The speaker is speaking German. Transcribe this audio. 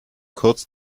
kurz